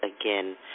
again